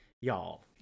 y'all